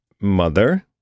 mother